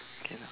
can lah